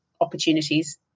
opportunities